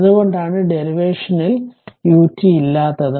അത് കൊണ്ടാണ് ഡെറിവേറ്റേഷനിൽ ut ഇല്ലാത്തതു